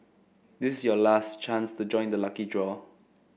this is your last chance to join the lucky draw